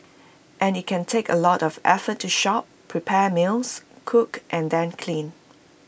and IT can take A lot of effort to shop prepare meals cook and then clean